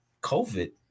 COVID